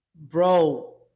Bro